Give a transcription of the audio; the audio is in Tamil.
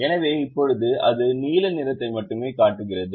எனவே இப்போது அது நீல நிறத்தை மட்டுமே காட்டுகிறது